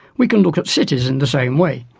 we can look at cities in the same way.